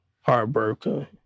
heartbroken